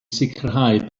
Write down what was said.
sicrhau